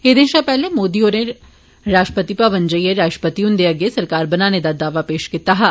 एदे शा पैहले मोदी होरें राष्ट्रपति भवन जाइए राष्ट्रपति हुदें अग्गै सरकार बनाने दा दावा पेश कीता हा